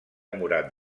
murat